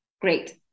great